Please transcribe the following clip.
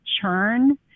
churn